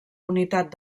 unitat